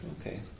Okay